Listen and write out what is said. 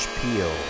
Peel